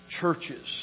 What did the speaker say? churches